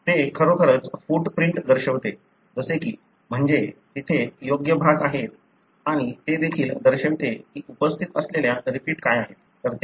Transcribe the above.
ते खरोखरच फूटप्रिंट दर्शविते जसे की म्हणजे तेथे योग्य भाग आहेत आणि ते देखील दर्शविते की उपस्थित असलेल्या रिपीट काय आहेत